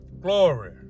Glory